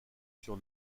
sur